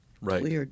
Right